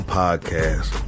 podcast